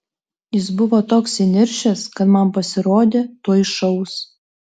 jis buvo toks įniršęs kad man pasirodė tuoj šaus